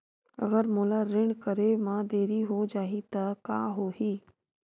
अगर मोला ऋण करे म देरी हो जाहि त का होही?